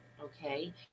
okay